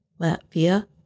Latvia